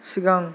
सिगां